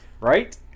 right